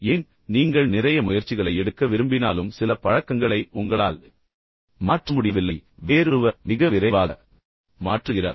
ஏன் நீங்கள் நிறைய முயற்சிகளை எடுக்க விரும்பினாலும் சில பழக்கங்களை உங்களால் மாற்ற முடியவில்லை பின்னர் வேறொருவர் அதை மிக விரைவாக மாற்றுகிறார்